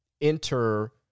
enter